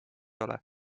ole